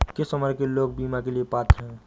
किस उम्र के लोग बीमा के लिए पात्र हैं?